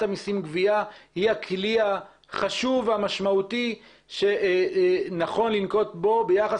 המסים (גבייה) היא הכלי החשוב והמשמעותי שנכון לנקוט בו ביחס